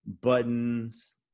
buttons